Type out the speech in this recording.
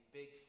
big